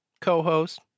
co-host